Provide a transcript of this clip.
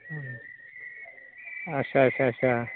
आस्सा आस्सा आस्सा